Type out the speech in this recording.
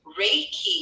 Reiki